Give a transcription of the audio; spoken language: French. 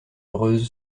heureuse